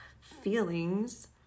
feelings